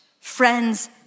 friends